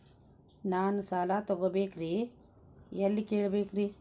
ನಾನು ಸಾಲ ತೊಗೋಬೇಕ್ರಿ ಎಲ್ಲ ಕೇಳಬೇಕ್ರಿ?